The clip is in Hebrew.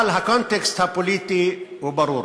אבל הקונטקסט הפוליטי ברור.